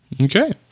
Okay